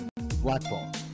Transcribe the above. Blackball